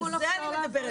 על זה אני מדברת,